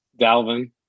Dalvin